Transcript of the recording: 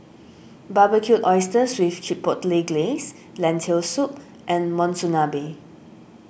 Barbecued Oysters with Chipotle Glaze Lentil Soup and Monsunabe